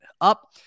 up